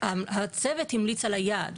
הצוות המליץ על היעד,